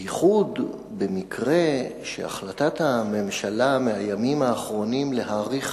בייחוד במקרה שהחלטת הממשלה מהימים האחרונים להאריך